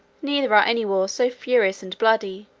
neither are any wars so furious and bloody,